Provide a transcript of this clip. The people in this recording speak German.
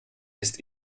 ist